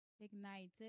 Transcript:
Ignited